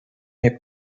nie